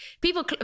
people